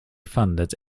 funded